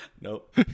Nope